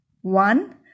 One